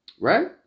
Right